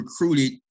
recruited